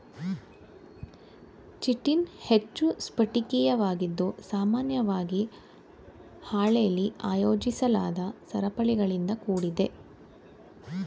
chitin ಹೆಚ್ಚು ಸ್ಫಟಿಕೀಯವಾಗಿದ್ದು ಸಾಮಾನ್ಯವಾಗಿ ಹಾಳೆಲಿ ಆಯೋಜಿಸಲಾದ ಸರಪಳಿಗಳಿಂದ ಕೂಡಿದೆ